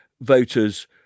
voters